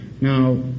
Now